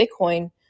Bitcoin